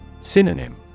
Synonym